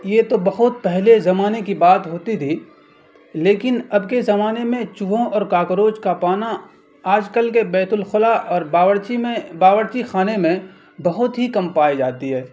یہ تو بہت پہلے زمانے کی بات ہوتی تھی لیکن اب کے زمانے میں چوہوں اور کاکروچ کا پانا آج کل کے بیت الخلا اور باورچی میں باورچی خانے میں بہت ہی کم پائی جاتی ہے